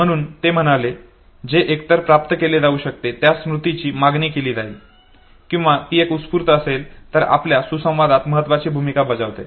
म्हणून ते म्हणाले की जे एकतर प्राप्त केले जाऊ शकते त्या स्मृतीची मागणी केली जाईल किंवा ती एक उत्स्फूर्त असेल तर आपल्या सुसंवादात महत्वाची भूमिका बजावते